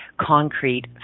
concrete